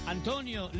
Antonio